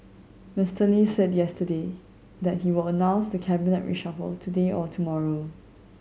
Mister Lee said yesterday that he will announce the cabinet reshuffle today or tomorrow